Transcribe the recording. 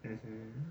mmhmm